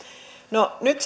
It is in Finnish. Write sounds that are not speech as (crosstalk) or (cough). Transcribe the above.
no nyt (unintelligible)